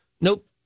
nope